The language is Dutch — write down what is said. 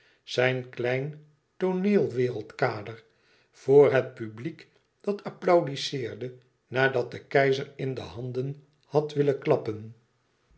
zijn klein tooneelwereldkader voor het publiek dat applaudisseerde nadat de keizer in de handen had willen klappen